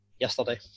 Yesterday